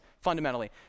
fundamentally